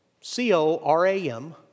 C-O-R-A-M